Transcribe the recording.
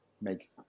make